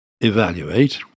evaluate